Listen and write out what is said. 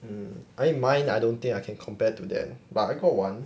um I mine I don't think I can compared to that but I got one